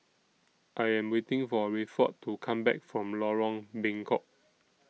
I Am waiting For Rayford to Come Back from Lorong Bengkok